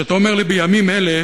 כשאתה אומר לי "בימים אלה",